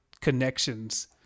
connections